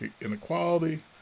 inequality